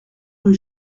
rue